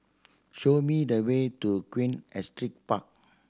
show me the way to Queen Astrid Park